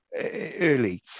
early